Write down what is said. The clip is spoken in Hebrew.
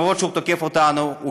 למרות שהוא תוקף אותנו,